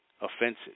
offensive